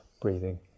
breathing